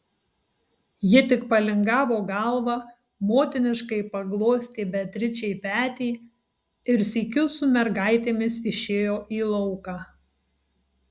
ji tik palingavo galvą motiniškai paglostė beatričei petį ir sykiu su mergaitėmis išėjo į lauką